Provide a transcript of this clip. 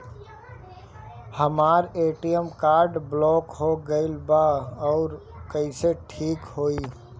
हमर ATM card block हो गईल बा ऊ कईसे ठिक होई?